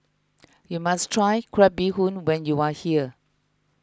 you must try Crab Bee Hoon when you are here